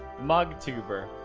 mogtuber.